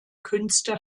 künste